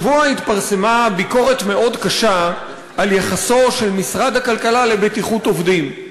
השבוע התפרסמה ביקורת מאוד קשה על יחסו של משרד הכלכלה לבטיחות עובדים,